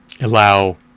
allow